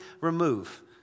remove